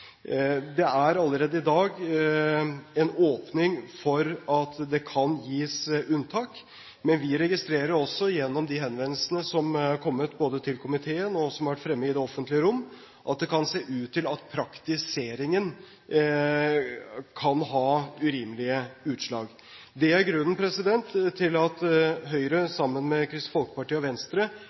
Det er allerede i dag en åpning for at det kan gis unntak, men vi registrerer også gjennom de henvendelsene som er kommet til komiteen, og som har vært fremme i det offentlige rom, at det kan se ut til at praktiseringen kan gi seg urimelige utslag. Det er grunnen til at Høyre, sammen med Kristelig Folkeparti og Venstre,